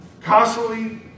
constantly